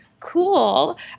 cool